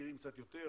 שמכירים קצת יותר,